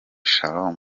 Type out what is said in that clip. shalom